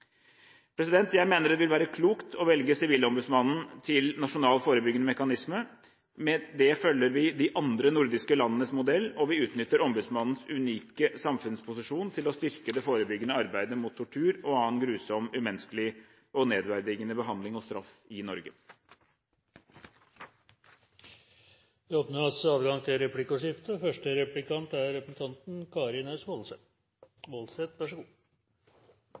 funksjonen. Jeg mener det vil være klokt å velge Sivilombudsmannen til nasjonal forebyggende mekanisme. Med det følger vi de andre nordiske landenes modell, og vi utnytter ombudsmannens unike samfunnsposisjon til å styrke det forebyggende arbeidet mot tortur og annen grusom, umenneskelig og nedverdigende behandling og straff i Norge. Det blir replikkordskifte. Først vil jeg takke utenriksministeren for at han tok seg bryet med å lese opp Fremskrittspartiets politikk på området. Det er